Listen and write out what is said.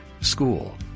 school